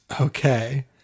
Okay